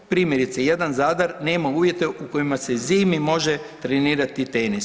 Primjerice jedan Zadar nema uvjete u kojima se zimi može trenirati tenis.